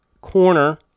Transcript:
corner